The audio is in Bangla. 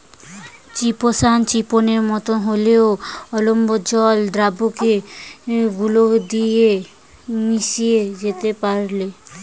চিটোসান চিটোনের মতো হলেও অম্লজল দ্রাবকে গুলে গিয়ে মিশে যেতে পারেল